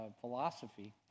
philosophy